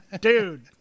Dude